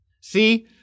See